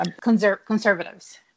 Conservatives